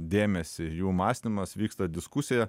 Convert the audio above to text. dėmesį jų mąstymas vyksta diskusija